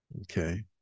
Okay